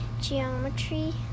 geometry